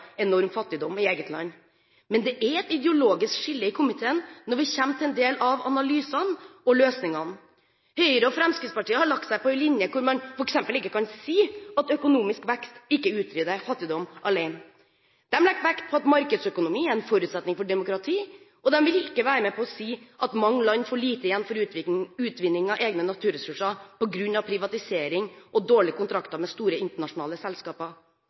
enorm fattigdom i eget land. Men det er et ideologisk skille i komiteen når vi kommer til en del av analysene og løsningene. Høyre og Fremskrittspartiet har lagt seg på en linje der man f.eks. ikke kan si at økonomisk vekst alene ikke utrydder fattigdom. De legger vekt på at markedsøkonomi er en forutsetning for demokrati, og de vil ikke være med på å si at mange land får lite igjen for utvinning av egne naturressurser på grunn av privatisering og dårlige kontrakter med store internasjonale selskaper.